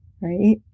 right